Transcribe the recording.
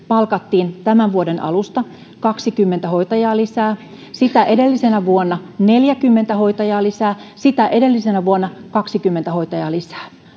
palkattiin tämän vuoden alusta kaksikymmentä hoitajaa lisää sitä edellisenä vuonna neljäkymmentä hoitajaa lisää sitä edellisenä vuonna kaksikymmentä hoitajaa lisää